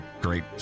great